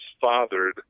fathered